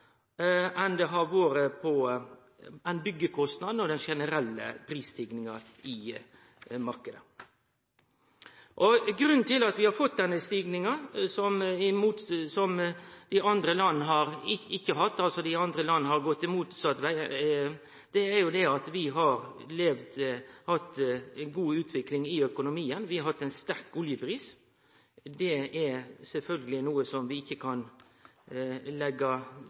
enn i byggekostnadene og den generelle prisstiginga i marknaden. Grunnen til at vi har fått denne stigninga – som andre land ikkje har hatt, andre land har gått motsett veg – er at vi har hatt ei god utvikling i økonomien, og vi har hatt ein høg oljepris. Det er noko som sjølvsagt ikkje